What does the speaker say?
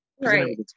Right